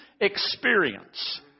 experience